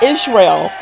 Israel